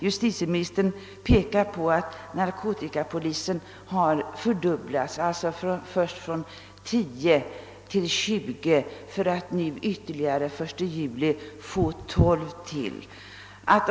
Justitieministern pekar på att narkotikapolisen har fördubblats från 10 till 20 man för att nu den 1 juli i år få ytterligare 12 tjänster.